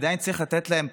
עדיין צריך לתת להם,